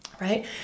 right